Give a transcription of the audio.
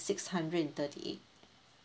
six hundred and thirty eight